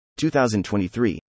2023